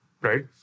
Right